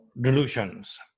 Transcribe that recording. delusions